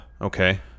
Okay